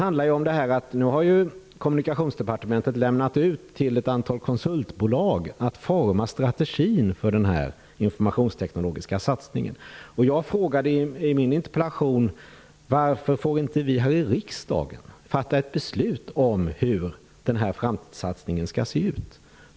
Nu har Kommunikationsdepartementet lämnat ut till ett antal konsultbolag att forma strategin för denna informationsteknologiska satsning. I min interpellation frågade jag varför vi här i riksdagen inte får fatta ett beslut om hur den här framtidssatsningen skall se ut.